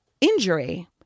injury